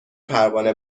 پروانه